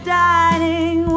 dining